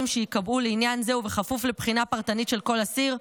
שייקבעו לעניין זה ובכפוף לבחינה פרטנית של כל אסיר.